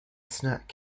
snack